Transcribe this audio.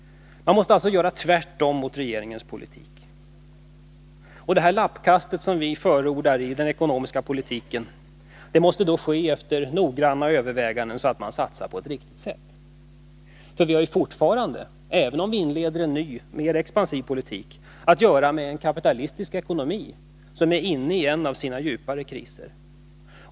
Man måste alltså handla tvärtemot regeringens politik. Det lappkast i politiken som vi förordar måste ske efter noggranna överväganden, så att man satsar rätt. Vi har ju fortfarande, även om vi inleder en ny och mer expansiv politik, att göra med en kapitalistisk ekonomi, som är inne i en av sina djupaste kriser.